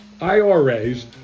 IRAs